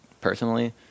personally